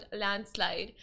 landslide